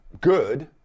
good